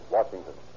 Washington